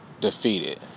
defeated